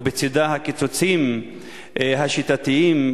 ובצדה הקיצוצים השיטתיים,